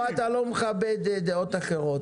פה אתה לא מכבד דעות אחרות.